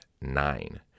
nine